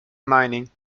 mining